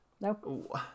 Nope